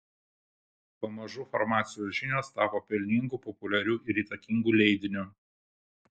pamažu farmacijos žinios tapo pelningu populiariu ir įtakingu leidiniu